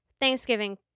Thanksgiving